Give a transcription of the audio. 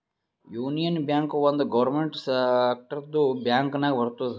union Bank ಒಂದ್ government ಸೆಕ್ಟರ್ದು bank ನಾಗ್ ಬರ್ತುದ್